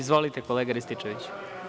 Izvolite, kolega Rističeviću.